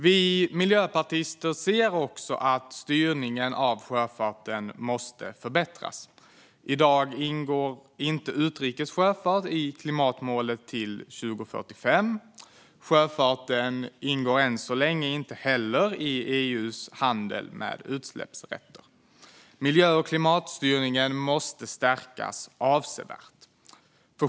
Vi miljöpartister ser att styrningen av sjöfarten måste förbättras. I dag ingår inte utrikes sjöfart i klimatmålet till 2045. Sjöfarten ingår än så länge inte heller i EU:s handel med utsläppsrätter. Miljö och klimatstyrningen måste stärkas avsevärt.